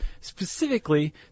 specifically